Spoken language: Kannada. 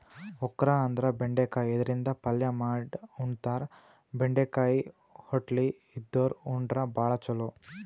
ಓಕ್ರಾ ಅಂದ್ರ ಬೆಂಡಿಕಾಯಿ ಇದರಿಂದ ಪಲ್ಯ ಮಾಡ್ ಉಣತಾರ, ಬೆಂಡಿಕಾಯಿ ಹೊಟ್ಲಿ ಇದ್ದೋರ್ ಉಂಡ್ರ ಭಾಳ್ ಛಲೋ